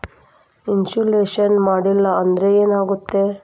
Insurance ಮಾಡಲಿಲ್ಲ ಅಂದ್ರೆ ಏನಾಗುತ್ತದೆ?